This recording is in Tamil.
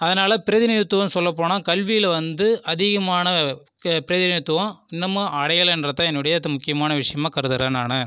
அதனால் பிரதிநிதித்துவம் சொல்லப்போனால் கல்வியில் வந்து அதிகமான பிரதிநிதித்துவம் இன்னமும் அடையலன்றதுதான் என்னோட முக்கியமான விஷயமாக கருதுறேன் நான்